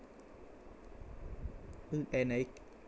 and I